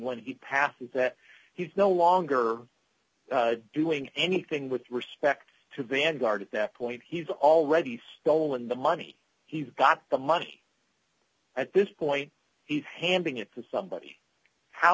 when he passes that he's no longer doing anything with respect to vanguard at that point he's already stolen the money he's got the money at this point he's handing it to somebody how